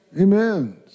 Amen